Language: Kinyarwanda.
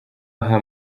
aha